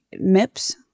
MIPS